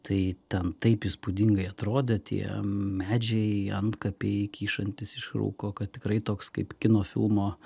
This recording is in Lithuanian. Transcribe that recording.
tai ten taip įspūdingai atrodė tie medžiai antkapiai kyšantys iš rūko kad tikrai toks kaip kino filmo